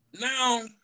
Now